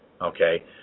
Okay